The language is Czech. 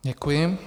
Děkuji.